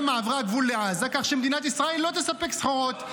מעברי הגבול לעזה כך שמדינת ישראל לא תספק סחורות.